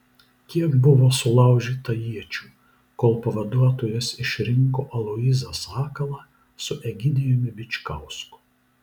kiek buvo sulaužyta iečių kol pavaduotojas išrinko aloyzą sakalą su egidijumi bičkausku